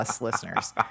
listeners